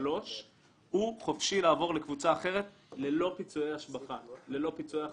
הוא חופשי לעבור לקבוצה אחרת ללא פיצויי השבחה או פיצויי הכשרה,